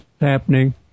happening